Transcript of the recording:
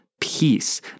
peace